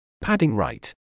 padding-right